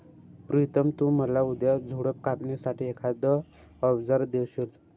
प्रितम तु मला उद्या झुडप कापणी साठी एखाद अवजार देशील?